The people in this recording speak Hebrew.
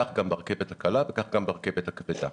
כך גם ברכבת הקלה וכך גם ברכבת הכבדה.